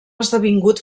esdevingut